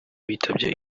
bitabye